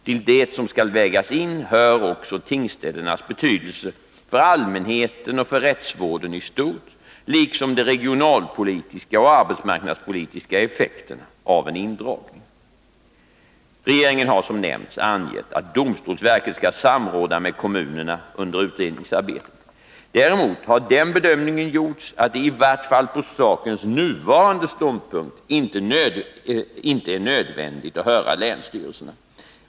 Till det som skall vägas in hör också tingsställenas betydelse för allmänheten och för rättsvården i stort, liksom de regionalpolitiska och arbetsmarknadspolitiska effekterna av en indragning. Regeringen har som nämnts angett att domstolsverket skall samråda med kommunerna under utredningsarbetet. Däremot har den bedömningen gjorts att det i vart fall på sakens nuvarande ståndpunkt inte är nödvändigt att höra länsstyrelserna.